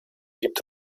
gibt